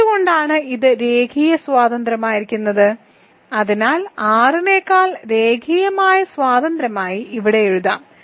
എന്തുകൊണ്ടാണ് ഇത് രേഖീയമായി സ്വതന്ത്രമായിരിക്കുന്നത് അതിനാൽ R നെക്കാൾ രേഖീയമായി സ്വതന്ത്രമായി ഇവിടെ എഴുതാം